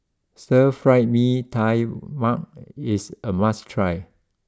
Stir Fried Mee Tai Mak is a must try